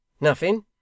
Nothing